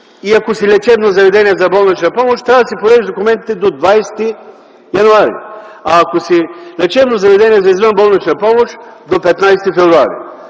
и ако си лечебно заведение за болнична помощ, трябва да си подадеш документите до 20 януари, а ако си лечебно заведение за извънболнична помощ – до 15 февруари.